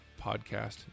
Podcast